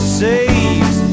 saves